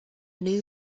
new